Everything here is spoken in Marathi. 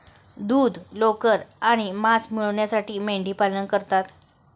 दूध, लोकर आणि मांस मिळविण्यासाठी मेंढीपालन करतात